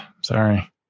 sorry